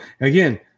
Again